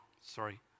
Sorry